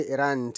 Iran